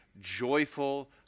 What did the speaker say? joyful